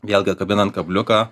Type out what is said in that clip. vėlgi atkabinant kabliuką